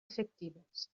efectives